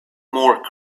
more